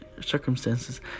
circumstances